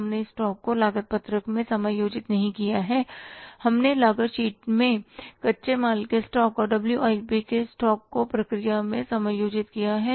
हमने इस स्टॉक को लागत पत्रक में समायोजित नहीं किया है हमने लागत शीट में कच्चे माल के स्टॉक और WIP के स्टॉक को प्रक्रिया में समायोजित किया है